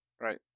right